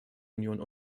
union